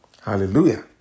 Hallelujah